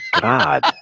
god